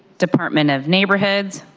department of neighborhoods,